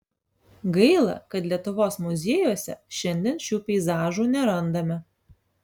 gaila kad lietuvos muziejuose šiandien šių peizažų nerandame